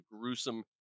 gruesome